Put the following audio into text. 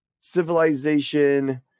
Civilization